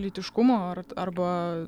lytiškumo art arba